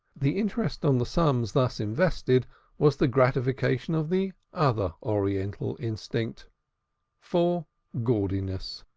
the interest on the sums thus invested was the gratification of the other oriental instinct for gaudiness.